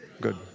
Good